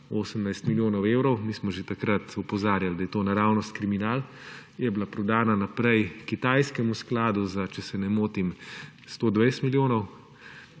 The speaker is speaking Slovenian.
18 milijonov evrov − mi smo že takrat opozarjali, da je to naravnost kriminal−, je bila prodana naprej kitajskemu skladu, če se ne motim, za 120 milijonov,